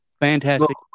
Fantastic